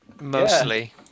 mostly